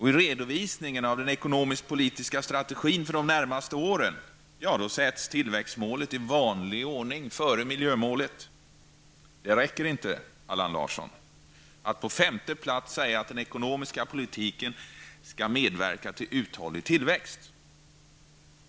I redovisningen av den ekonomiskt-politiska strategin för de närmaste åren sätts tillväxtmålet i vanlig ordning före miljömålet. Det räcker inte, Allan Larsson, att på femte plats säga att den ekonomiska politiken skall medverka till uthållig tillväxt.